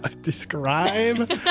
describe